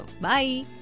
Bye